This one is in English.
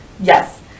Yes